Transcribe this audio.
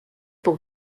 pour